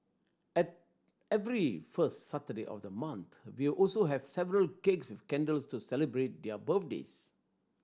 every first Saturday of the month we're also have several cakes with candles to celebrate their birthdays